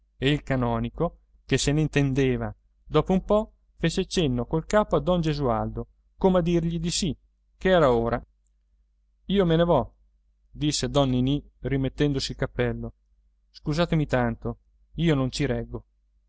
e il canonico che se ne intendeva dopo un po fece cenno col capo a don gesualdo come a dirgli di sì ch'era ora io me ne vo disse don ninì rimettendosi il cappello scusatemi tanto io non ci reggo